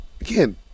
again